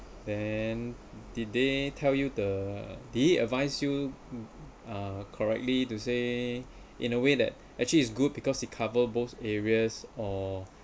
then did they tell you the did he advise you uh correctly to say in a way that actually it's good because it covers both areas or